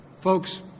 Folks